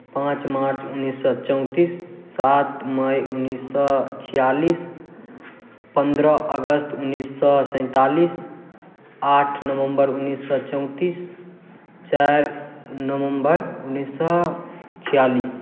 पाँच मार्च उन्नैस सए चौंतीस सात मइ उन्नैस सए छियालिस पन्द्रह अगस्त उन्नैस सए सैंतालिस आठ नवम्बर उन्नैस सए चौंतीस चारि नवम्बर उन्नैस सए छियालिस